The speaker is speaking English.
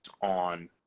on